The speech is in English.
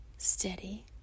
steady